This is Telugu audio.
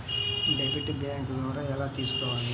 డెబిట్ బ్యాంకు ద్వారా ఎలా తీసుకోవాలి?